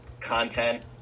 content